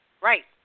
right